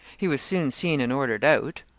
he was soon seen and ordered out.